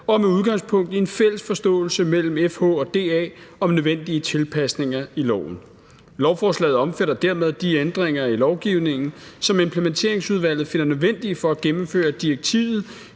og med udgangspunkt i en fælles forståelse mellem FH og DA om nødvendige tilpasninger i loven. Lovforslaget omfatter dermed de ændringer i lovgivningen, som Implementeringsudvalget finder nødvendige for at gennemføre direktivet